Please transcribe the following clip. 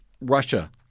Russia